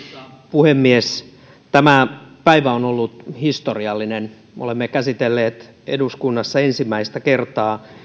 puhemies tämä päivä on ollut historiallinen me olemme käsitelleet eduskunnassa ensimmäistä kertaa